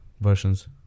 versions